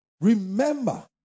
Remember